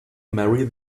marry